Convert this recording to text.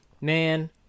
man